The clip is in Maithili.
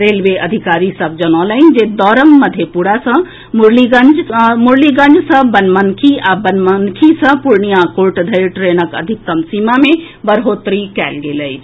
रेलवे अधिकारी सभ जनौलनि जे दौरम मधेपुरा सॅ मुरलीगंज मुरलीगंज सॅ बनमनखी आ बनमनखी सॅ पूर्णिया कोर्ट धरि ट्रेनक अधिकतम गति सीमा मे बढ़ोतरी कयल गेल अछि